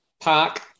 Park